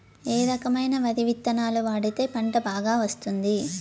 ఏ రకమైన వరి విత్తనాలు వాడితే పంట బాగా వస్తుంది?